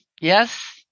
Yes